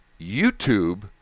YouTube